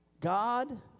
God